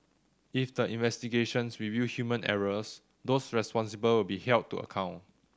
if the investigations reveal human errors those responsible will be held to account